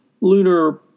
lunar